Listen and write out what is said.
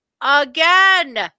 again